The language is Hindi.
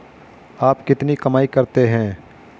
आप कितनी कमाई करते हैं?